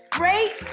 great